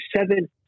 seven